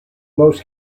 most